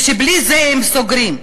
ובלי זה הם סוגרים.